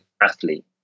athlete